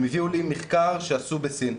הם הביאו לי מחקר שעשו בסין,